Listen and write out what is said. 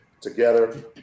together